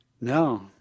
No